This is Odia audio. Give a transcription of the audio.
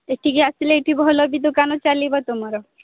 ଏଠିକି ଆସିଲେ ଭଲ ବି ଦୋକାନ ଚାଲିବ ତୁମର